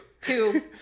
Two